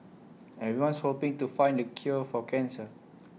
everyone's hoping to find the cure for cancer